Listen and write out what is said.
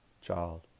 child